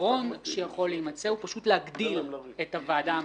הפתרון שיכול להימצא הוא פשוט להגדיל את הוועדה המשותפת,